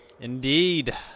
Indeed